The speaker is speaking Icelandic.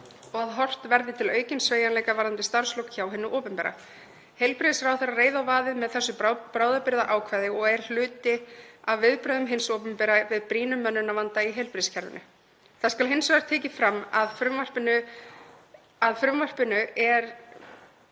og að horft verði til aukins sveigjanleika varðandi starfslok hjá hinu opinbera. Heilbrigðisráðherra reið á vaðið með þessu bráðabirgðaákvæði og er hluti af viðbrögðum hins opinbera við brýnum mönnunarvanda í heilbrigðiskerfinu. Það skal hins vegar tekið fram að frumvarpinu er